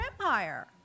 empire